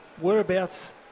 whereabouts